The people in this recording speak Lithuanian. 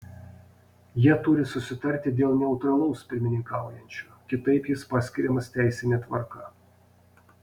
jie turi susitarti dėl neutralaus pirmininkaujančio kitaip jis paskiriamas teisine tvarka